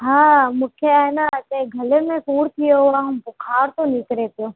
हा मूंखे आए न हिते गले में सूर थी वियो आहे ऐं बुख़ारु थो निकिरे पियो